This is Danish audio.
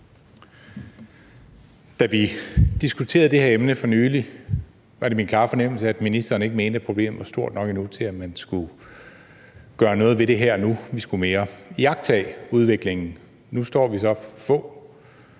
Da vi diskuterede det her emne for nylig, var det min klare fornemmelse, at ministeren ikke mente, at problemet var stort nok endnu til, at man skulle gøre noget ved det her og nu – vi skulle mere iagttage udviklingen. Nu står vi her så